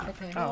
Okay